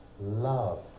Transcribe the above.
love